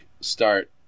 start